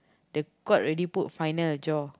the court already put final a jaw